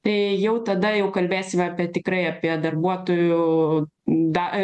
tai jau tada jau kalbėsime apie tikrai apie darbuotojų da į